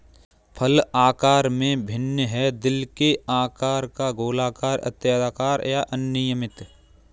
फल आकार में भिन्न होते हैं, दिल के आकार का, गोलाकार, आयताकार या अनियमित